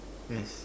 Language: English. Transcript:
yes